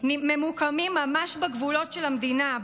ממוקמים ממש בגבולות של המדינה,